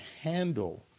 handle